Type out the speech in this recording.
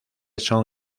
son